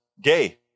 gay